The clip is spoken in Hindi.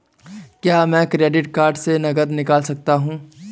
क्या मैं क्रेडिट कार्ड से नकद निकाल सकता हूँ?